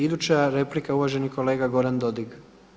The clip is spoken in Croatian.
Iduća replika uvaženi kolega Goran Dodig.